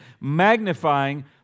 magnifying